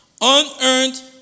unearned